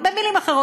במילים אחרות,